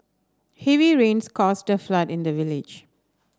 heavy rains caused the flood in the village